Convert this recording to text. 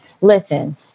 listen